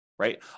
right